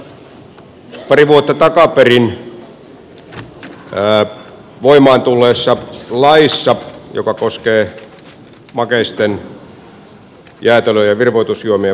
pari vuotta takaperin voimaan tulleessa laissa joka koskee makeisten jäätelön ja virvoitusjuomien